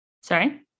sorry